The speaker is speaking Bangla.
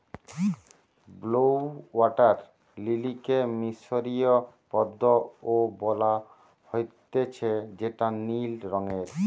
ব্লউ ওয়াটার লিলিকে মিশরীয় পদ্ম ও বলা হতিছে যেটা নীল রঙের